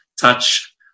touch